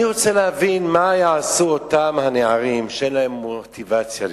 אני רוצה להבין מה יעשו אותם הנערים שאין להם מוטיבציה ללמוד,